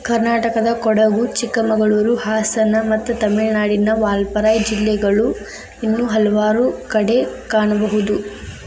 ಕರ್ನಾಟಕದಕೊಡಗು, ಚಿಕ್ಕಮಗಳೂರು, ಹಾಸನ ಮತ್ತು ತಮಿಳುನಾಡಿನ ವಾಲ್ಪಾರೈ ಜಿಲ್ಲೆಗಳು ಇನ್ನೂ ಹಲವಾರು ಕಡೆ ಕಾಣಬಹುದು